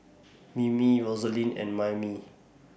Mimi Rosaline and Maymie